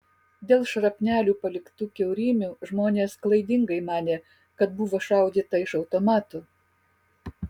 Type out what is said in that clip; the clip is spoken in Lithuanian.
dėl šrapnelių paliktų kiaurymių žmonės klaidingai manė kad buvo šaudyta iš automatų